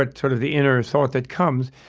ah sort of the inner thought that comes,